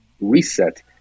reset